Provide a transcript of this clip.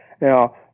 Now